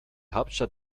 hauptstadt